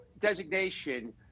designation